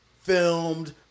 filmed